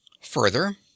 Further